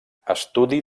estudi